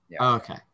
Okay